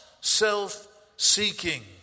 self-seeking